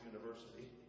University